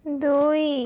ଦୁଇ